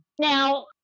Now